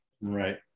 right